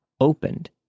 opened